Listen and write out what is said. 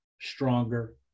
stronger